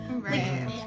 right